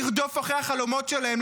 לרדוף אחרי החלומות שלהם,